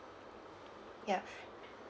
yeah